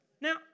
Now